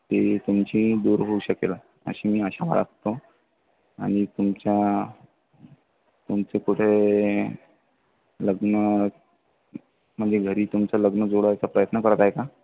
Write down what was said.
ते तुमची दूर होऊ शकेल अशी मी आशा बाळगतो आणि तुमच्या तुमचे कुठे लग्न म्हणजे घरी तुमचं लग्न जोडायचा प्रयत्न करताय का